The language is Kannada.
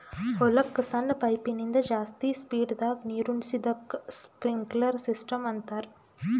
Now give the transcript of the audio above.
ಹೊಲಕ್ಕ್ ಸಣ್ಣ ಪೈಪಿನಿಂದ ಜಾಸ್ತಿ ಸ್ಪೀಡದಾಗ್ ನೀರುಣಿಸದಕ್ಕ್ ಸ್ಪ್ರಿನ್ಕ್ಲರ್ ಸಿಸ್ಟಮ್ ಅಂತಾರ್